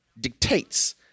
dictates